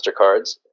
MasterCards